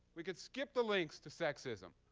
we could skip the links to sexism.